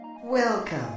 Welcome